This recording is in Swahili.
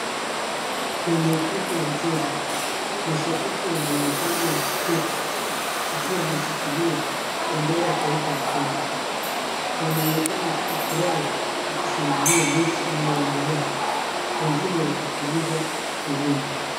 Kwenye ukumbi wa michezo mashabiki wanaonekana wakiketi huki wameshikilia bendera ya taifa ya Kenya, wanaonekana kufurahi na kushangilia mechi inayoendelea, wengine wakipuliza firimbi.